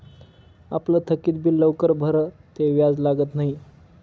आपलं थकीत बिल लवकर भरं ते व्याज लागत न्हयी